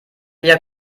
ihrer